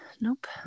Nope